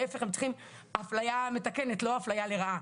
ההפך, הם צריכים אפליה מתקנת, לא אפליה לרעה.